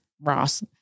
Ross